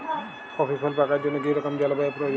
Coffee ফল পাকার জন্য কী রকম জলবায়ু প্রয়োজন?